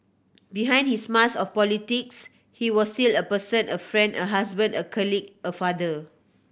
behind his mask of politics he was still a person a friend a husband a colleague a father